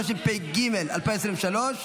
התשפ"ד 2024,